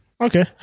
Okay